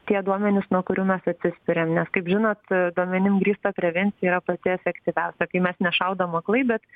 tie duomenys nuo kurių mes atsispiriam nes kaip žinot duomenim grįsta prevencija yra pati efektyviausia kai mes nešaudom aklai bet